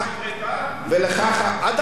עד עכשיו זה היה דברי טעם.